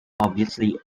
obviously